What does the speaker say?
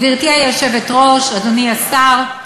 גברתי היושבת-ראש, אדוני השר,